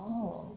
oh